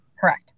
Correct